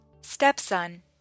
Stepson